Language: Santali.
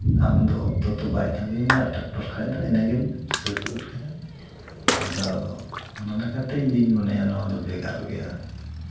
ᱟᱢᱫᱚ ᱚᱠᱛᱚ ᱛᱚ ᱵᱟᱭ ᱛᱟᱹᱜᱤ ᱢᱮᱭᱟ ᱴᱨᱟᱠᱴᱚᱨ ᱠᱷᱟᱡ ᱫᱚ ᱮᱱᱮ ᱜᱮᱢ ᱥᱟᱹᱛ ᱜᱚᱛ ᱠᱮᱫᱟ ᱟᱫᱚ ᱚᱱᱟ ᱞᱮᱠᱟᱛᱮ ᱤᱧᱫᱩᱧ ᱢᱚᱱᱮᱭᱟ ᱱᱚᱣᱟ ᱫᱚ ᱵᱷᱮᱜᱟᱨ ᱜᱮᱭᱟ